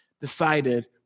decided